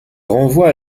renvoie